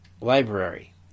library